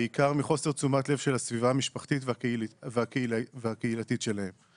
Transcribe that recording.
בעיקר מחוסר תשומת לב של הסביבה המשפחתית והקהילתית שלהם.